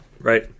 right